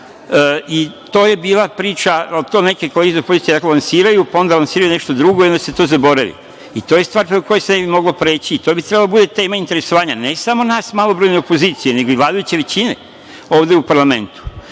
To je bila priča, to neke kolege iz opozicije lansiraju, pa onda lansiraju nešto drugo i onda se to zaboravi i to je stvar preko koje se ne bi moglo preći i to bi trebalo da bude tema interesovanja, ne samo nas malobrojne opozicije nego i vladajuće većine ovde u parlamentu. Onda